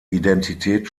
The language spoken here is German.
identität